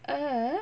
uh